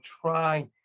try